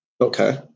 Okay